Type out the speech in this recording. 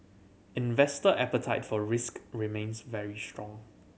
investor appetite for risk remains very strong